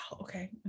Okay